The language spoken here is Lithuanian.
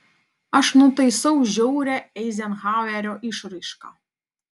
aš nutaisau žiaurią eizenhauerio išraišką